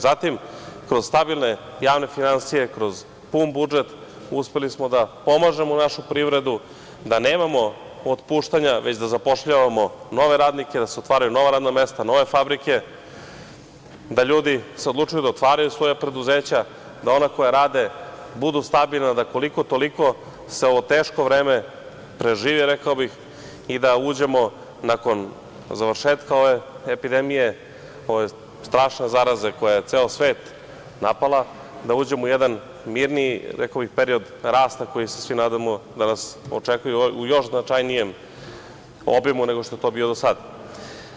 Zatim, kroz stabilne javne finansije, kroz pun budžet, uspeli smo da pomažemo našu privredu, da nemamo otpuštanja već da zapošljavamo nove radnike, da se otvaraju nova radna mesta, nove fabrike, da se ljudi odlučuju da otvaraju svoja preduzeća, da ona koja rade budu stabilna, da koliko-toliko se ovo teško vreme preživi i da uđemo nakon završetka ove epidemije, ove strašne zaraze koja je ceo svet napala, u jedan mirniji period rasta koji se svi nadamo da nas očekuje u još značajnijem obimu nego što je to bilo do sada.